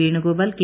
Venugopal K